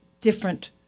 Different